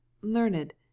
learned